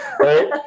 Right